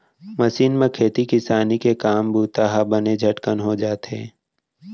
machine म खेती किसानी के काम बूता ह बने झटकन हो जाथे